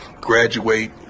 graduate